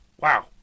Wow